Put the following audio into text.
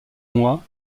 mois